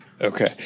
Okay